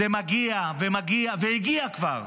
זה מגיע ומגיע והגיע כבר.